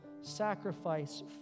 sacrifice